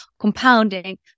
compounding